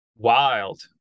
wild